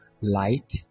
light